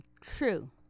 true